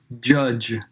judge